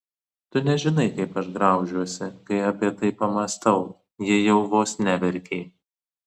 tu nežinai kaip aš graužiuosi kai apie tai pamąstau ji jau vos neverkė